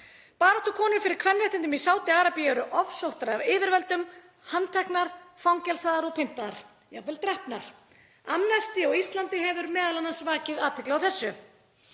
Baráttukonur fyrir kvenréttindum í Sádi-Arabíu eru ofsóttar af yfirvöldum, handteknar, fangelsaðar og pyndaðar. Jafnvel drepnar. Amnesty á Íslandi hefur m.a. vakið athygli á þessu.